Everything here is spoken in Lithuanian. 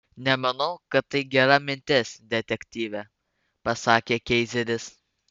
nemanau kad tai gera mintis detektyve pasakė keizeris